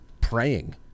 praying